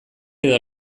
edo